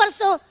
but so,